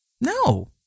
No